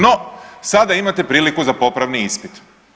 No, sada imate priliku za popravni ispit.